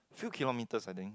few kilometers I think